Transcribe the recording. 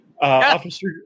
Officer